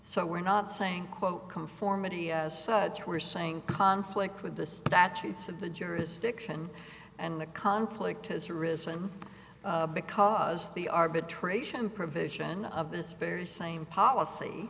so we're not saying quote conformity as such we're saying conflict with the statutes of the jurisdiction and the conflict has arisen because the arbitration provision of this very same policy